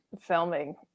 filming